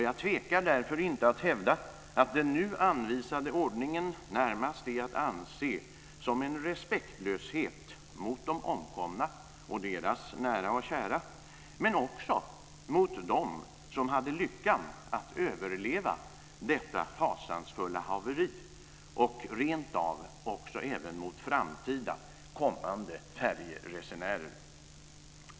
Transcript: Jag tvekar därför inte att hävda att den nu anvisade ordningen närmast är att anse som en respektlöshet mot de omkomna och deras nära och kära, men också mot dem som hade lyckan att överleva detta fasansfulla haveri och rentav även mot framtida färjeresenärer.